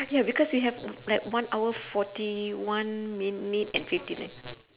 ya because we have like one hour forty one minute and fifty nine